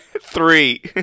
Three